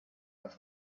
auf